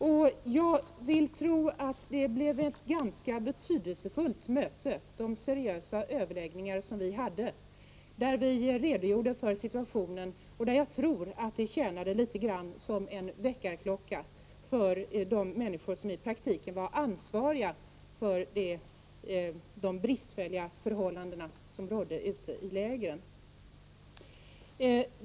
Jag tror att de seriösa överläggningar vi hade blev till ett ganska betydelsefullt möte. Vi redogjorde vid dessa överläggningar för situationen, och jag tror att detta möte tjänade litet grand som en väckarklocka för de människor som i praktiken var ansvariga för de bristfälliga förhållanden som rådde ute i lägren.